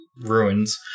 ruins